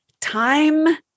Time